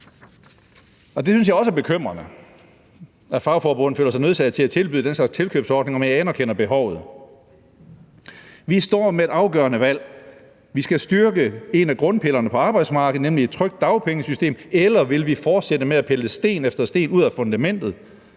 Jeg synes også, det er bekymrende, at fagforbund føler sig nødsaget til at tilbyde den slags tilkøbsordninger, men jeg anerkender behovet. Vi står med et afgørende valg: Skal vi styrke en af grundpillerne på arbejdsmarkedet, nemlig et trygt dagpengesystem, vil vi fortsætte med at pille sten efter sten ud af fundamentet?